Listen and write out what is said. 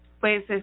Pues